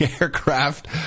aircraft